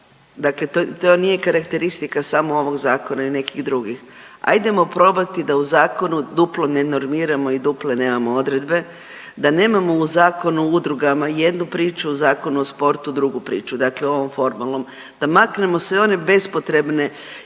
dakle to nije karakteristika samo ovog zakona i nekih drugih ajdemo probati da u zakonu duplo ne normiramo i duple nemamo odredbe, da nemamo u Zakonu o udrugama jednu priču, u Zakonu o sportu drugu priču. Dakle, u ovom formalnom. Da maknemo sve one bespotrebne